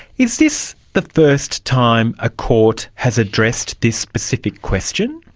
is this the first time a court has addressed this specific question?